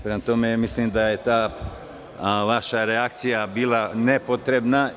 Prema tome, mislim da je vaša reakcija bila nepotrebna.